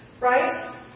Right